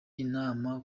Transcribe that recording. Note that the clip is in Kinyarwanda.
inama